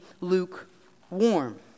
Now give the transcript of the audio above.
lukewarm